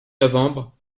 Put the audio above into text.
novembre